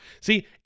See